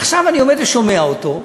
עכשיו אני עומד ושומע אותו,